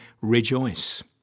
rejoice